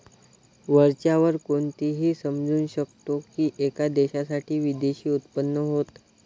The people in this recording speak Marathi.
वरच्या वर कोणीही समजू शकतो की, एका देशासाठी विदेशी उत्पन्न होत